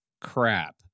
crap